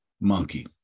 Monkey